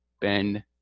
Ben